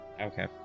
Okay